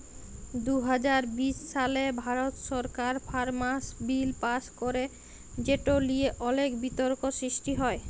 দু হাজার বিশ সালে ভারত সরকার ফার্মার্স বিল পাস্ ক্যরে যেট লিয়ে অলেক বিতর্ক সৃষ্টি হ্যয়